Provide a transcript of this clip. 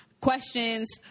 questions